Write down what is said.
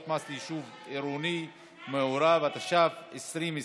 מס יישוב עירוני מעורב) התש"ף 2020,